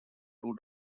two